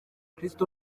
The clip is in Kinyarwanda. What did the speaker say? christo